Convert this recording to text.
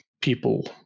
people